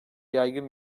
yaygın